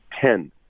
TEN